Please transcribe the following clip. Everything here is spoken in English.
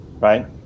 Right